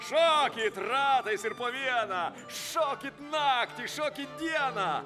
šokit ratais ir po vieną šokit naktį šokit dieną